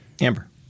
Amber